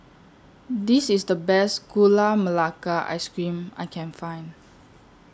This IS The Best Gula Melaka Ice Cream I Can Find